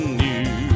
new